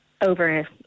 over